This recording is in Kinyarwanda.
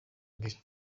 mbere